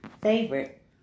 favorite